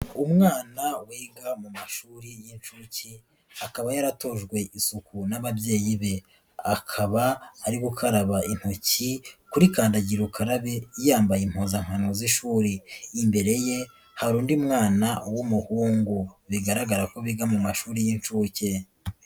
Umwana wiga mu mashuri y'incuke, akaba yaratojwe isuku n'ababyeyi be akaba ari gukaraba intoki kuri kandagira ukarabe yambaye impuzankano z'ishuri. Imbere ye hari undi mwana w'umuhungu bigaragara ko biga mu mashuri y'incuke.